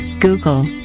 Google